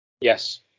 Yes